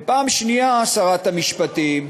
ופעם שנייה, שרת המשפטים,